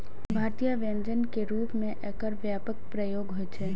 भारतीय व्यंजन के रूप मे एकर व्यापक प्रयोग होइ छै